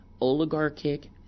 oligarchic